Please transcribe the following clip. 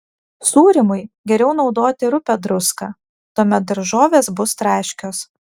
sūrymui geriau naudoti rupią druską tuomet daržovės bus traškios